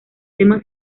temas